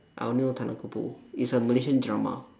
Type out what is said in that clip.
I only know tanah kubur it's a malaysian drama